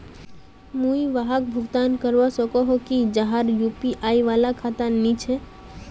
मुई वहाक भुगतान करवा सकोहो ही जहार यु.पी.आई वाला खाता नी छे?